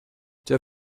der